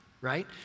right